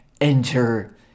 enter